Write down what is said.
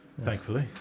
Thankfully